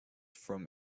from